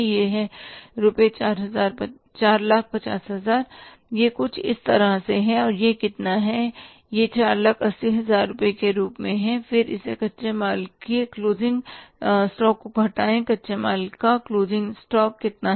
यह रु 450000 यह कुछ इस तरह है और यह कितना है यह रु 480000 के रूप में है और फिर इसे कच्चे माल के क्लोजिंग स्टॉक को घटाएं कच्चे माल का क्लोजिंग स्टॉक कितना है